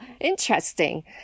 interesting